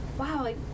wow